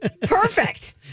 perfect